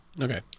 Okay